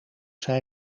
zijn